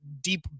deep